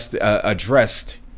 addressed